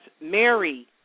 Mary